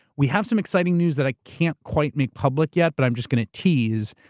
we have some exciting news that i can't quite make public yet, but i'm just going to tease,